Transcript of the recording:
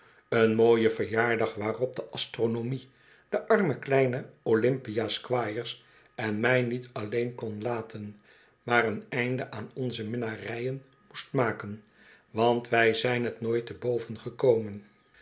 een mooie verjaardag waarop de astronomie de arme kleine olympia squires en mij niet alleen kon laten maar een einde aan onze minnarijen moest maken want wij zijn t nooit te boven gekomen